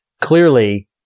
Clearly